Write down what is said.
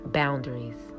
boundaries